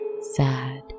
sad